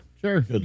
Sure